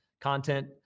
content